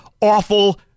awful